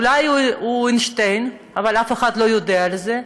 אולי הוא איינשטיין אבל אף אחד לא יודע על זה,